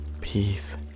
peace